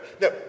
No